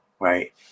Right